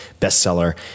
bestseller